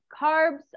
carbs